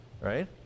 right